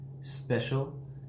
special